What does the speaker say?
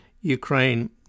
Ukraine